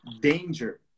danger